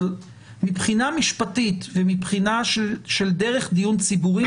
אבל מבחינה משפטית ומבחינה של דרך דיון ציבורי,